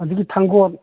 ꯑꯗꯒꯤ ꯊꯥꯡꯒꯣꯟ